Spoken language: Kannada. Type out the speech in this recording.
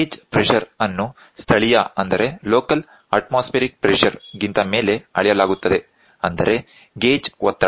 ಗೇಜ್ ಪ್ರೆಷರ್ ಅನ್ನು ಸ್ಥಳೀಯ ಅತ್ಮೋಸ್ಫೇರಿಕ್ ಪ್ರೆಷರ್ ಗಿಂತ ಮೇಲೆ ಅಳೆಯಲಾಗುತ್ತದೆ ಅಂದರೆ ಗೇಜ್ ಒತ್ತಡ